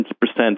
percent